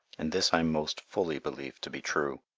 and this i most fully believe to be true.